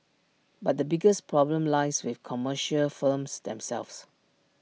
but the biggest problem lies with commercial firms themselves